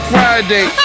Friday